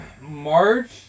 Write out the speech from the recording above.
March